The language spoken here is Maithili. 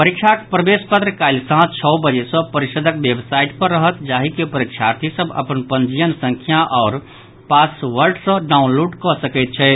परीक्षाक प्रवेश पत्र काल्हि सांझ छओ बजे सँ परिषदक वेबसाइट पर रहत जाहि के परीक्षार्थी सभ अपन पंजीयन संख्या आओर पासवर्ड सँ डाउनलोड कऽ सकैत छथि